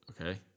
Okay